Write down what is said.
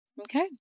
Okay